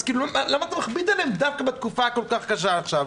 אז למה אתה מכביד עליהם בתקופה הכל כך קשה עכשיו?